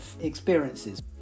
experiences